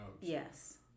Yes